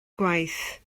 gwaith